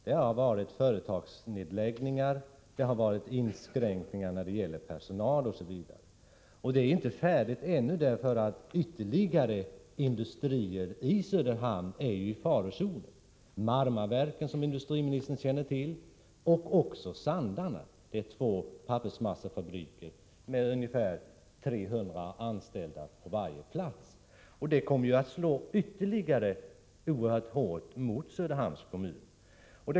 Det har varit företagsnedläggningar, personalinskränkningar osv. Och det är inte färdigt ännu. Ytterligare industrier i Söderhamn är i farozonen, t.ex. Marmaverken, som industriministern väl känner till, och Sandarne — det är två pappersmassefabriker med ungefär 300 anställda på varje plats. Detta kommer att slå ännu hårdare mot Söderhamns kommun.